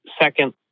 second